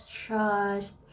trust